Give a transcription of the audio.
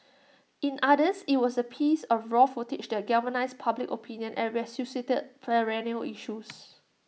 in others IT was A piece of raw footage that galvanised public opinion and resuscitated perennial issues